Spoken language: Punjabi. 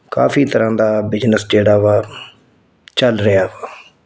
ਕਾਫੀ ਤਰ੍ਹਾਂ ਦਾ ਬਿਜਨਸ ਜਿਹੜਾ ਵਾ ਚੱਲ ਰਿਹਾ ਵਾ